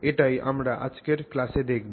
এটাই আমরা আজকের ক্লাসে দেখব